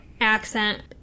accent